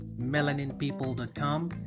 melaninpeople.com